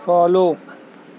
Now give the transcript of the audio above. follow